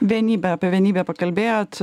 vienybę apie vienybę pakalbėjot